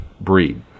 breed